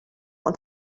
und